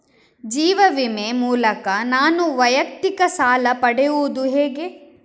ಜೀವ ವಿಮೆ ಮೂಲಕ ನಾನು ವೈಯಕ್ತಿಕ ಸಾಲ ಪಡೆಯುದು ಹೇಗೆ?